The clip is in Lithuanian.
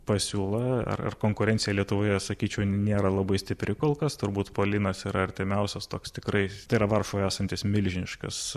pasiūla ar ar konkurencija lietuvoje sakyčiau nėra labai stipri kol kas turbūt polinas yra artimiausias toks tikrai tai yra varšuvoje esantis milžiniškas